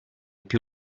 più